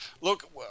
look